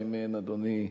אדוני,